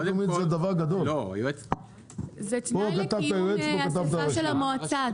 זה תנאי לקיום אסיפת המועצה.